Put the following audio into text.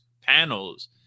panels